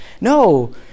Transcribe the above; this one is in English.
No